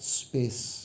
space